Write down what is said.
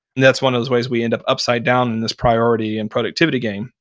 and that's one of those ways we end up upside down in this priority and productivity game,